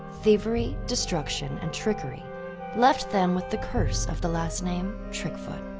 thievery, destruction, and trickery left them with the curse of the last name trickfoot.